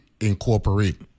incorporate